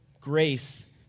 grace